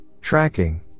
tracking